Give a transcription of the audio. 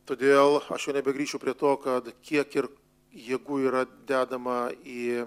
todėl aš jau nebegrįšiu prie to kad kiek ir jėgų yra dedama į